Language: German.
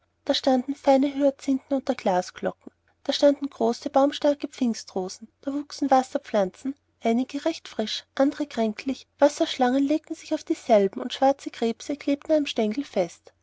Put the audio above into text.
da standen feine hyacinthen unter glasglocken und da standen große baumstarke pfingstrosen da wuchsen wasserpflanzen einige recht frisch andere kränklich wasserschlangen legten sich auf dieselben und schwarze krebse klemmten sich am stengel fest